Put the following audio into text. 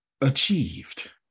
achieved